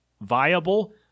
viable